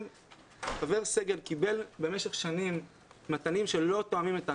חבר סגל קיבל במשך שנים מתנים שלא תואמים את ההנחיות,